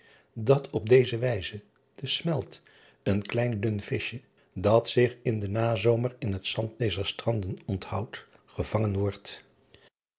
dat op deze wijze de melt een klein dun vischje dat zich in den nazomer in het zand dezer stranden onthoudt gevangen wordt